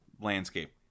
landscape